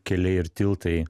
keliai ir tiltai